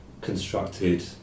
constructed